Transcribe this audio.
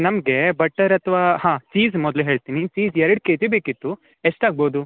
ನಮಗೆ ಬಟರ್ ಅಥ್ವಾ ಹಾಂ ಚೀಸ್ ಮೊದಲು ಹೇಳ್ತೀನಿ ಚೀಸ್ ಎರಡು ಕೆಜಿ ಬೇಕಿತ್ತು ಎಷ್ಟಾಗ್ಬೋದು